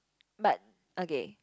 but okay